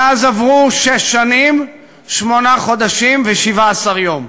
מאז עברו שש שנים, שמונה חודשים ו-17 יום.